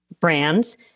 brands